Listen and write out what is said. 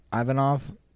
Ivanov